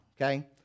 okay